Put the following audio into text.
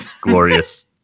glorious